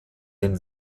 den